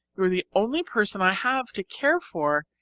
you are the only person i have to care for,